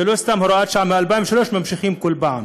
זו לא סתם הוראת שעה, מ-2003 ממשיכים כל פעם